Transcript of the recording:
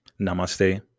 Namaste